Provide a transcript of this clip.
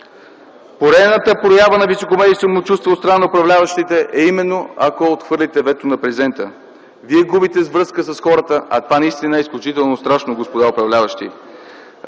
Поредната проява на високомерие и самочувствие от страна на управляващите е именно ако отхвърлите ветото на президента. Вие губите връзка с хората, а това наистина е изключително страшно, господа управляващи.